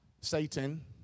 Satan